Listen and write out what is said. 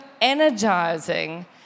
energizing